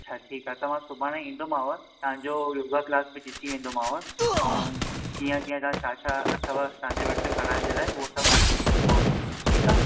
अच्छा ठीकु आहे त मां सुभाणे ईंदोमांव तव्हांजो योगा क्लास बि ॾिसी वेंदोमांव ऐं कीअं कीअं तव्हां छा छा अथव तव्हांजे वटि कराइण जे लाए उहो सभु मां ॾिसी वेंदोमांव ठीकु आहे